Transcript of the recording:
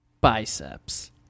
biceps